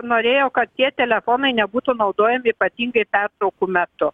norėjo kad tie telefonai nebūtų naudojami ypatingai pertraukų metu